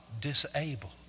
disabled